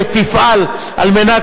אדוני,